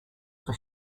for